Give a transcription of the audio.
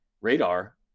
radar